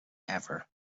ever